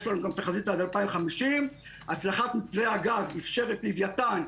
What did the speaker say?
יש לנו תחזית עד 2050. הצלחת מתווה הגז אפשר את לוויתן,